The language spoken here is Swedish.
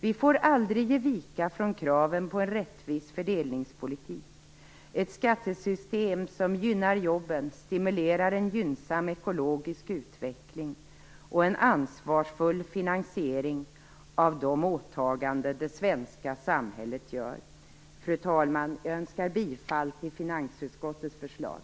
Vi får aldrig ge vika från kraven på en rättvis fördelningspolitik, ett skattesystem som gynnar jobben, stimulerar en gynnsam ekologisk utveckling och en ansvarsfull finansiering av de åtaganden det svenska samhället gör. Fru talman! Jag yrkar bifall till finansutskottets förslag.